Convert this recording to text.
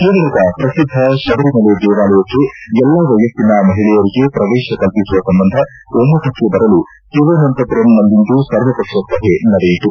ಕೇರಳದ ಪ್ರಸಿದ್ದ ಶಬರಿ ಮಲೆ ದೇವಾಲಯಕ್ಕೆ ಎಲ್ಲಾ ವಯಸ್ತಿನ ಮಹಿಳೆಯರಿಗೆ ಪ್ರವೇಶ ಕಲ್ಪಿಸುವ ಸಂಬಂಧ ಒಮ್ನತಕ್ಕೆ ಬರಲು ತಿರುವನಂತಪುರಂನಲ್ಲಿಂದು ಸರ್ವಪಕ್ಷ ಸಭೆ ನಡೆಯಿತು